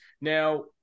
now